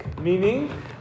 Meaning